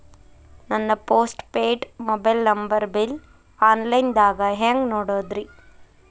ನನ್ನ post paid mobile number bill, online ದಾಗ ಹ್ಯಾಂಗ್ ನೋಡೋದ್ರಿ?